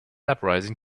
uprising